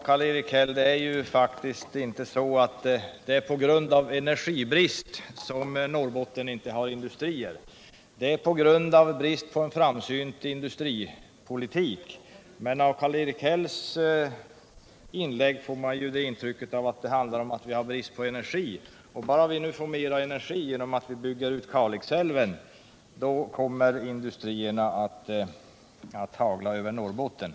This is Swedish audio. Herr talman! Det är faktiskt inte, Karl-Erik Häll, på grund av energibrist som Norrbotten inte har industrier. Det är på grund av brist på framsynt industripolitik. Av Karl-Erik Hälls inlägg får man intrycket att det handlar om att vi har brist på energi, och bara vi nu får mera energi genom att bygga ut Kalix älv, då kommer industrierna att hagla över Norrbotten.